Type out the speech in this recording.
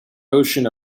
ocean